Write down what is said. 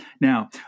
Now